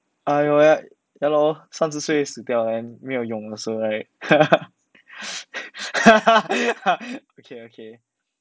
!aiyo! right ya lor 三十岁死掉 then 没有用也是 right okay okay